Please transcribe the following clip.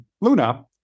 Luna